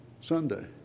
Sunday